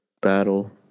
battle